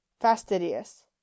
fastidious